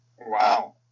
Wow